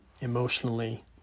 emotionally